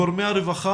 חווה,